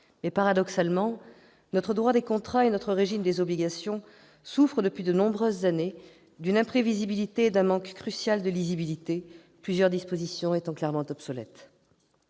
paradoxalement, notre droit des contrats et notre régime des obligations souffrent, depuis de nombreuses années, d'une imprévisibilité et d'un manque crucial de lisibilité, plusieurs dispositions étant clairement obsolètes.